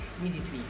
immediately